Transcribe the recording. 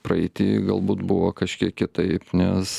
praeity galbūt buvo kažkiek kitaip nes